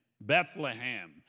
Bethlehem